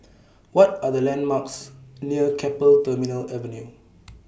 What Are The landmarks near Keppel Terminal Avenue